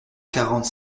quarante